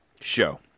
show